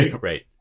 right